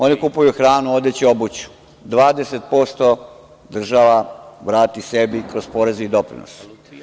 Oni kupuju hranu, odeću i obuću, 20% država vrati sebi kroz poreze i doprinose.